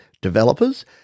Developers